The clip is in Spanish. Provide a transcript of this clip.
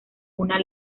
una